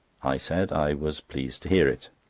i said i was pleased to hear it.